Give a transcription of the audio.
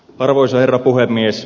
arvoisa herra puhemies